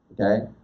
Okay